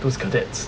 those cadets